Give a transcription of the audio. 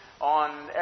on